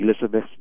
Elizabeth